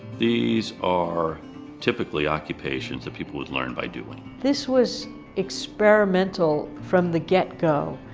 these are typically occupations that people would learn by doing. this was experimental from the get go.